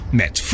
met